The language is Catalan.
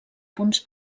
punts